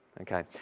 okay